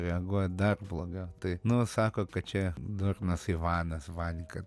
reaguoja dar blogiau tai nu sako kad čia durnas ivanas vanka